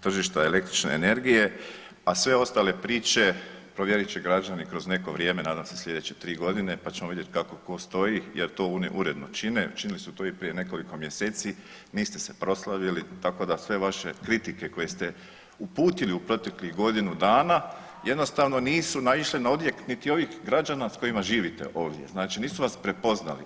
tržišta električne energije, a sve ostale priče provjerit će građani kroz neko vrijeme, nadam se slijedeće 3 godine pa ćemo vidjeti kako tko stoji jer to uredno čine, činili su to i prije nekoliko mjeseci, niste se proslavili tako da sve vaše kritike koje ste uputili u proteklih godinu dana jednostavno nisu naišle na odjek niti ovih građana s kojima živite ovdje, znači nisu vas prepoznali.